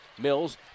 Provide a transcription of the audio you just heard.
Mills